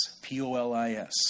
P-O-L-I-S